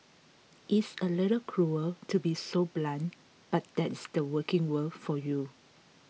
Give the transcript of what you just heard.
it's a little cruel to be so blunt but that's the working world for you